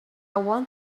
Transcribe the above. want